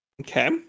okay